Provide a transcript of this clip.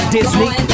Disney